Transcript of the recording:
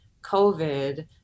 COVID